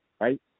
right